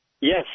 Yes